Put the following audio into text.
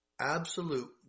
absolute